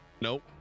Nope